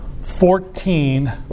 fourteen